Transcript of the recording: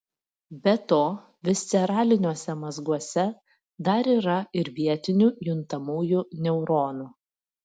be to visceraliniuose mazguose dar yra ir vietinių juntamųjų neuronų